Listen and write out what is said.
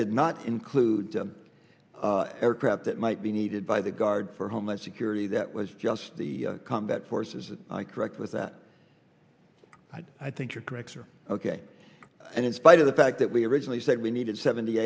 did not include the aircraft that might be needed by the guard for homeland security that was just the combat forces correct with that i think you're correct sir ok and in spite of the fact that we originally said we needed seventy